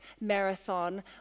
Marathon